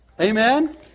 Amen